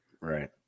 right